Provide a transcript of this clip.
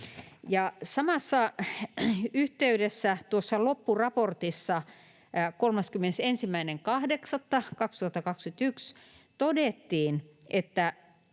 Samassa yhteydessä tuossa loppuraportissa 31.8.2021 todettiin, että